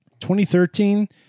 2013